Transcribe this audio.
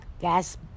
gas